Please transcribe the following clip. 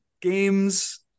games